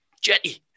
Jetty